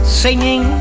singing